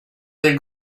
del